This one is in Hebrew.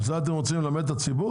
עם זה אתם רוצים ללמד את הציבור?